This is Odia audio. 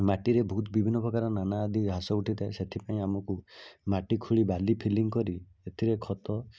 ମାଟିରେ ବହୁତ ବିଭିନ୍ନ ପ୍ରକାର ନାନା ଆଦି ଘାସ ଉଠିଥାଏ ସେଥିପାଇଁ ଆମକୁ ମାଟି ଖୋଳି ବାଲି ଫିଲିଙ୍ଗ କରି ଏଥିରେ ଖତ